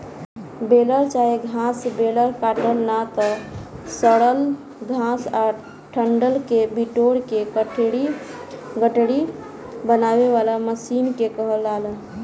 baler चाहे घास baler काटल ना त सड़ल घास आ डंठल के बिटोर के गठरी बनावे वाला मशीन के कहाला